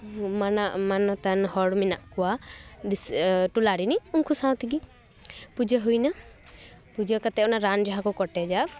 ᱢᱟᱱᱟ ᱢᱟᱱᱚᱛᱟᱱ ᱦᱚᱲ ᱢᱮᱱᱟᱜ ᱠᱚᱣᱟ ᱫᱤᱥ ᱴᱚᱞᱟ ᱨᱤᱱᱤᱡ ᱩᱱᱠᱩ ᱥᱟᱶ ᱛᱮᱜᱮ ᱯᱩᱡᱟᱹ ᱦᱩᱭᱱᱟ ᱯᱩᱡᱟᱹ ᱠᱟᱛᱮ ᱚᱱᱟ ᱨᱟᱱ ᱡᱟᱦᱟᱸ ᱠᱚ ᱠᱚᱴᱮᱡᱟ